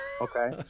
okay